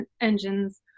engines